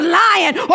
lying